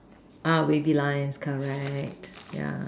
uh wavy lines correct yeah